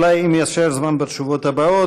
אולי אם יישאר זמן בתשובות הבאות.